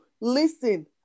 listen